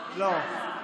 הצבעת.